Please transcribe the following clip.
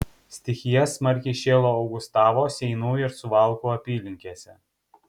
stichija smarkiai šėlo augustavo seinų ir suvalkų apylinkėse